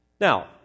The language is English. Now